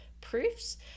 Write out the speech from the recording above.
proofs